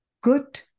good